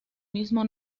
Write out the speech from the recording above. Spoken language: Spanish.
mismo